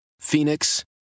Phoenix